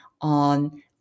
on